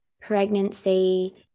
pregnancy